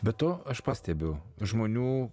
be to aš pastebiu žmonių